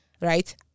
right